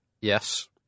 Yes